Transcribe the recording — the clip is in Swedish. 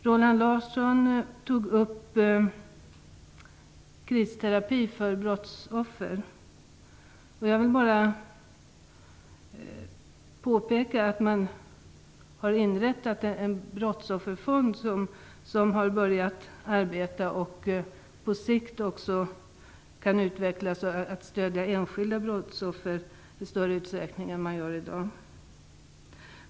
Roland Larsson tog upp frågan om kristerapi för brottsoffer. Jag vill bara påpeka att man har inrättat en brottsofferfond som har börjat arbeta och på sikt kan utvecklas till att stödja enskilda brottsoffer i större utsträckning än i dag.